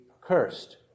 cursed